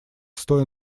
стоя